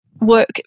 work